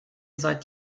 seit